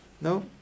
No